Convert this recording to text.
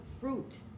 fruit